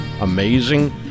amazing